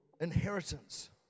inheritance